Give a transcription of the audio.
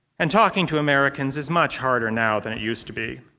and talking to americans is much harder now that it used to be.